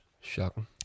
Shocking